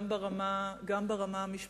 גם ברמה המשפחתית,